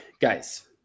guys